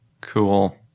Cool